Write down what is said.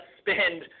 spend